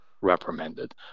reprimanded